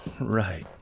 right